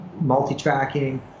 multi-tracking